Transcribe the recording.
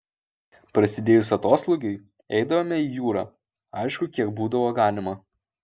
prasidėjus atoslūgiui eidavome į jūrą aišku kiek būdavo galima